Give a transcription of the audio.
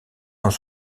dans